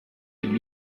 ihn